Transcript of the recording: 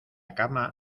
cama